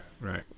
right